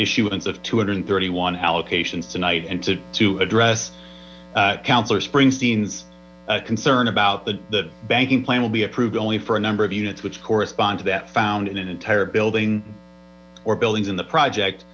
issuance of two hundred and thirty one allocation tonight and to to address councilor springsteen's concern about the banking plan will be approved only for a number of units which correspond to that found in an entire building or buildings in the project